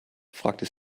fragte